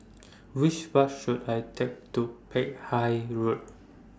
Which Bus should I Take to Peck Hay Road